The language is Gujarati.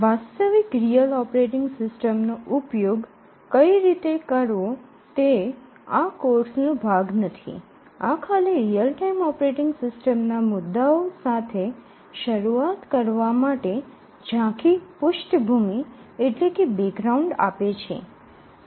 વાસ્તવિક રીઅલ ઓપરેટિંગ સિસ્ટમનો ઉપયોગ કઈ રીતે કરવો તે કોર્ષનો ભાગ નથી આ ખાલી રીઅલ ટાઇમ ઓપરેટિંગ સીસ્ટમના મુદ્દાઓ સાથે શરૂઆત કરવા માટે ઝાંખી પૃષ્ઠભૂમિ આપે છે